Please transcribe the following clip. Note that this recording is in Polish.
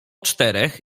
czterech